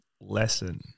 lesson